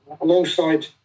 alongside